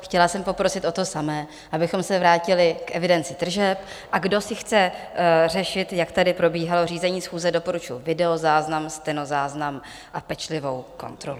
Chtěla jsem poprosit o to samé, abychom se vrátili k evidenci tržeb, a kdo si chce řešit, jak tady probíhalo řízení schůze, doporučuji videozáznam, stenozáznam a pečlivou kontrolu.